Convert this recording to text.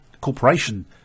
corporation